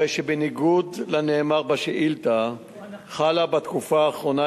הרי שבניגוד לנאמר בשאילתא חלה בתקופה האחרונה